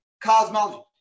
cosmology